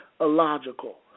illogical